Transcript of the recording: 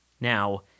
now